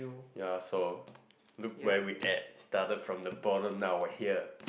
ya so look where we at started from the bottom now were here